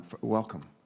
welcome